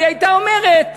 אז היא הייתה אומרת: